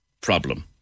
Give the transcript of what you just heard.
problem